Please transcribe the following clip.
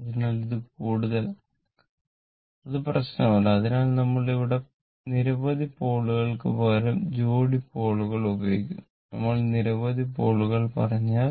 അതിനാൽ ഇത് കൂടുതലാകാം അത് പ്രശ്നമല്ല അതിനാൽ നമ്മൾ ഇവിടെ നിരവധി പോളുകൾക്ക് പകരം ജോഡി പോളുകൾ ഉപയോഗിക്കും നമ്മൾ നിരവധി പോളുകൾ പറഞ്ഞാൽ